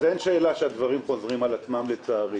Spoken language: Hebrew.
מצד אחד אני שמח שמתקיימת עבודת מטה ודן להב